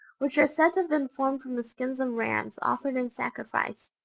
which are said to have been formed from the skins of rams offered in sacrifice.